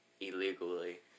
illegally